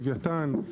לויתן,